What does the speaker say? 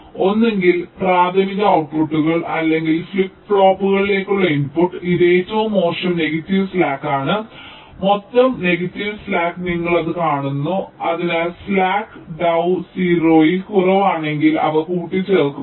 അതിനാൽ ഒന്നുകിൽ പ്രാഥമിക ഔട്ട്പുട്ടുകൾ അല്ലെങ്കിൽ ഫ്ലിപ്പ് ഫ്ലോപ്പുകളിലേക്കുള്ള ഇൻപുട്ട് ഇത് ഏറ്റവും മോശം നെഗറ്റീവ് സ്ലാക്ക് ആണ് മൊത്തം നെഗറ്റീവ് സ്ലാക്ക് നിങ്ങൾ അത് കാണുന്നു അതിനാൽ സ്ലാക്ക് ടൌ 0 ൽ കുറവാണെങ്കിൽ അവ കൂട്ടിച്ചേർക്കുക